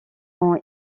ont